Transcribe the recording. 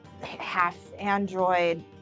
half-android